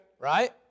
right